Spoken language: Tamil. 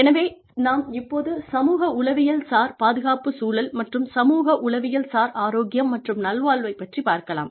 எனவே நாம் இப்போது சமூக உளவியல்சார் பாதுகாப்பு சூழல் மற்றும் சமூக உளவியல்சார் ஆரோக்கியம் மற்றும் நல்வாழ்வைப் பற்றிப் பார்க்கலாம்